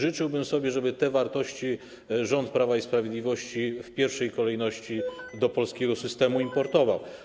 Życzyłbym sobie, żeby te wartości rząd Prawa i Sprawiedliwości w pierwszej kolejności do polskiego systemu importował.